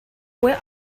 where